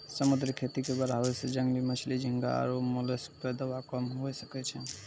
समुद्री खेती के बढ़ाबै से जंगली मछली, झींगा आरु मोलस्क पे दबाब कम हुये सकै छै